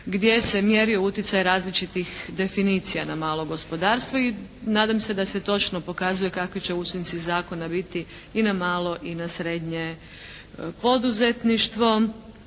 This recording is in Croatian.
gdje se mjeri utjecaj različitih definicija na malo gospodarstvo i nadam da se točno pokazuje kakvi će učinci zakona biti i na malo i na srednje poduzetništvo.